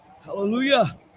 Hallelujah